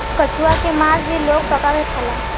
कछुआ के मास भी लोग पका के खाला